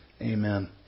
Amen